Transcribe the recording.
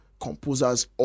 composers